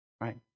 right